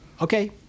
okay